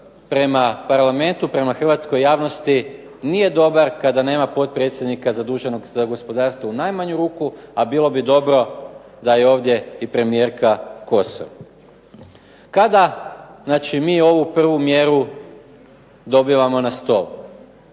prema Parlamentu, prema hrvatskoj javnosti nije dobar kada nema potpredsjednika zaduženog za gospodarstvo u najmanju ruku, a bilo bi dobro da je ovdje i premijerka Kosor. Kada, znači mi ovu prvu mjeru dobivamo na stol?